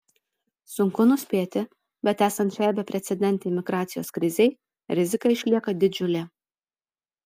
sunku nuspėti bet esant šiai beprecedentei migracijos krizei rizika išlieka didžiulė